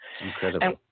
Incredible